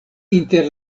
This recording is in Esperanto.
inter